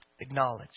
acknowledge